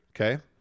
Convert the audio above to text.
Okay